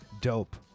dope